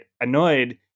annoyed